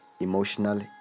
Emotional